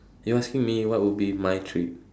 you asking me what would be my treat